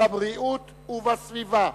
בבריאות ובסביבה.